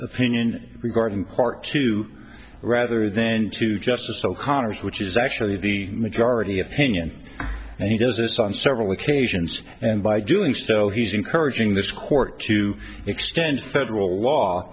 opinion regarding part two rather then to justice o'connor's which is actually the majority opinion and he does this on several occasions and by doing so he's encouraging this court to extend federal law